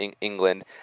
england